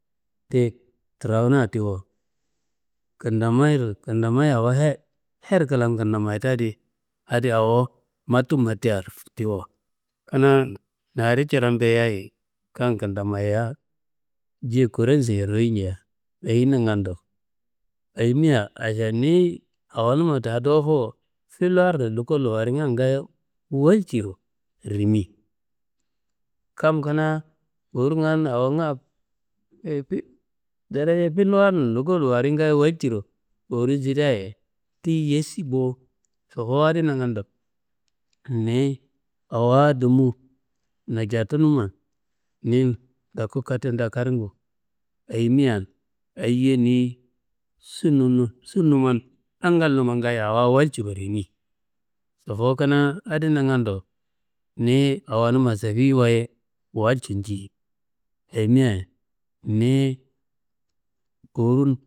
Ti trawuna tiwo, kendamayiro kendamayi awo her her klan kendamayita di, adi awo mattu mattia tiwo. Kanaa naari curombe yayi, kam kendamayiya je koronsiyeyi royi nja ayi nangando. Ayimia ašan niyi, awonuma da dowo dowofo fillarun luko luwaringa ngaayo walciro rimi. Kam kanaa kowurungan awonga, daraja filluwarun luko luwarin ngaayo waljiro kowurun sideayi tiyi yessi bo. Sofowo adi nangando niyi awa dumu najatunuma nin toku katte daa karungu. Ayimia ayiye niyi sununun sunumman, angalnummaan, ngaayo awa walciro rimi, sofowo adi nangando, niyi awonuma sefiyiwaye walcu nji ayimia niyi kowurun.